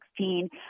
2016